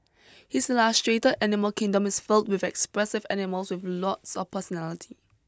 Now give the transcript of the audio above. his illustrated animal kingdom is filled with expressive animals with lots of personality